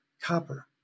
copper